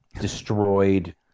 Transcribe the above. destroyed